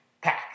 Pack